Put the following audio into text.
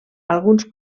alguns